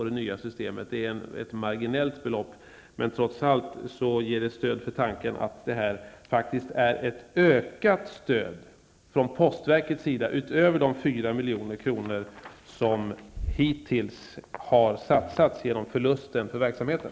Det är ett marginellt belopp, men det ger trots allt stöd för tanken att detta är ett ökat stöd från postverkets sida, utöver de 4 milj.kr. som hittills har satsats genom förluster på verksamheten.